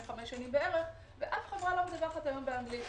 כחמש שנים ואף חברה לא מדווחת היום באנגלית.